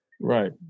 Right